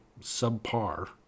subpar